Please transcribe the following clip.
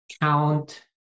count